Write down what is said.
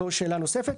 זו שאלה נוספת.